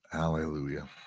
Hallelujah